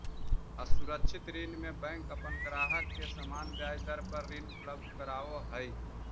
असुरक्षित ऋण में बैंक अपन ग्राहक के सामान्य ब्याज दर पर ऋण उपलब्ध करावऽ हइ